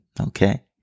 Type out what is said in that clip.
Okay